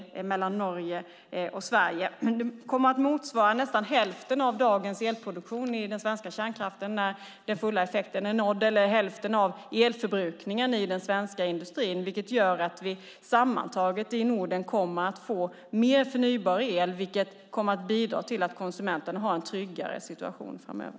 När den fulla effekten är nådd kommer det att motsvara nästan hälften av dagens elproduktion i den svenska kärnkraften, eller hälften av elförbrukningen i den svenska industrin. Det gör att vi sammantaget i Norden kommer att få mer förnybar el, vilket kommer att bidra till att konsumenterna har en tryggare situation framöver.